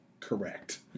Correct